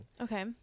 okay